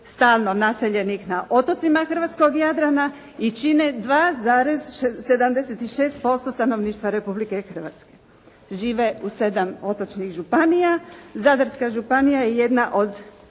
stalno naseljenih na otocima hrvatskog Jadrana i čine 2,76% stanovništva Republike Hrvatske. Žive u 7 otočnih županija. Zadarska županija je jedna od,